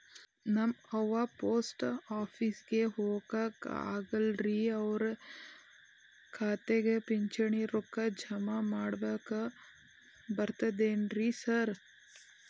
ನಮ್ ಅವ್ವ ಪೋಸ್ಟ್ ಆಫೇಸಿಗೆ ಹೋಗಾಕ ಆಗಲ್ರಿ ಅವ್ರ್ ಖಾತೆಗೆ ಪಿಂಚಣಿ ರೊಕ್ಕ ಜಮಾ ಮಾಡಾಕ ಬರ್ತಾದೇನ್ರಿ ಸಾರ್?